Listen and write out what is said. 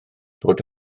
fod